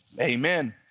amen